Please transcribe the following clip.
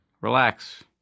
Relax